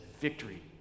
victory